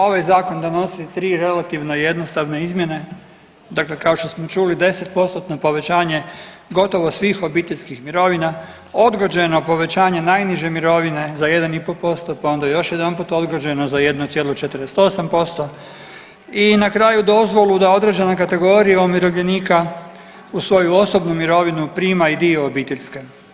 Ovaj zakon donosi 3 relativne i jednostavne izmjene, dakle kao što smo čuli 10%-tno povećanje gotovo svih obiteljskih mirovina, odgođeno povećanje najniže mirovine za 1,5%, pa onda još jedanput odgođeno za 1,48% i na kraju dozvolu da određena kategorija umirovljenika uz svoju osobnu mirovinu prima i dio obiteljske.